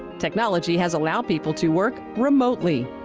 technology has allowed people to work remotely.